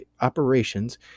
Operations